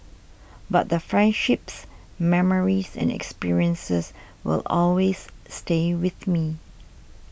but the friendships memories and experiences will always stay with me